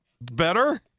better